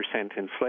inflation